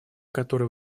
которые